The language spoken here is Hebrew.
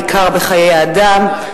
בעיקר בחיי אדם,